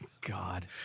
God